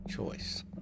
choice